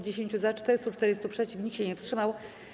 10 - za, 440 - przeciw, nikt się nie wstrzymał.